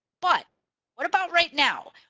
but what about right now?